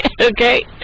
Okay